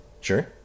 Sure